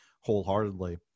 wholeheartedly